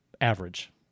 average